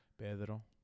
Pedro